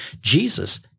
Jesus